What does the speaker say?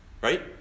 Right